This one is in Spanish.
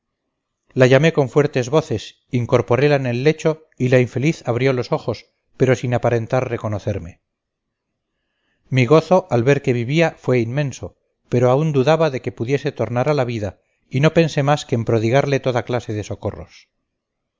la llamé con fuertes voces incorporela en el lecho y la infeliz abrió los ojos pero sin aparentar reconocerme mi gozo al ver que vivía fue inmenso pero aún dudaba que pudiese tornar a la vida y no pensé más que en prodigarle toda clase de socorros